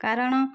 କାରଣ